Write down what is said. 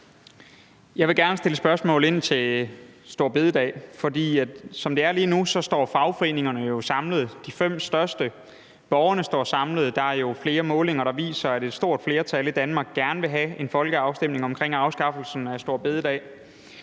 Jeg vil gerne spørge ind til store bededag, for som det er lige nu, står fagforeningerne jo samlet, de fem største, og borgerne står samlet – der er jo flere målinger, der viser, at et stort flertal i Danmark gerne vil have en folkeafstemning om afskaffelsen af store bededag